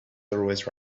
always